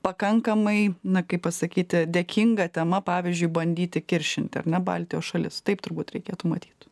pakankamai na kaip pasakyti dėkinga tema pavyzdžiui bandyti kiršinti ar ne baltijos šalis taip turbūt reikėtų matyt